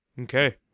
Okay